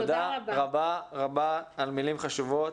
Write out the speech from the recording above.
תודה רבה רבה על מילים חשובות.